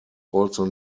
also